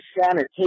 sanitation